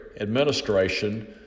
administration